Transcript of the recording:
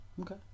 Okay